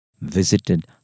visited